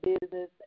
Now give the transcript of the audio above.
business